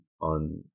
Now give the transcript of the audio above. on